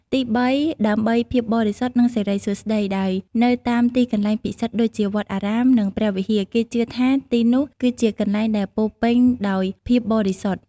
ទីបីដើម្បី ភាពបរិសុទ្ធ និងសិរីសួស្តី ដោយនៅតាមទីកន្លែងពិសិដ្ឋដូចជាវត្តអារាម និងព្រះវិហារ គេជឿថាទីនោះគឺជាកន្លែងដែលពោរពេញដោយភាពបរិសុទ្ធ។